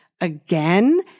again